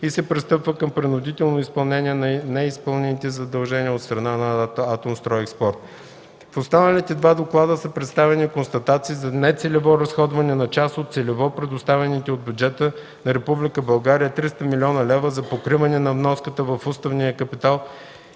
и се пристъпва към принудително изпълнение на неизпълнените задължения от страна на „Атомстройекспорт”. В останалите два доклада се представят констатации за нецелево разходване на част от целево предоставените от бюджета на Република България 300 млн. лева за покриване на вноската в уставния капитал